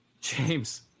James